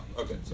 Okay